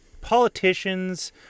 politicians